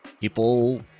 people